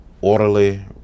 orderly